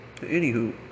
Anywho